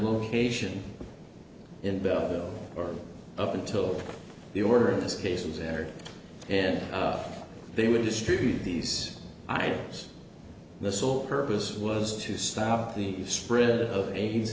location in belgium or up until the order of this case was there and they would distribute these items the sole purpose was to stop the spread of aids